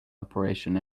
operation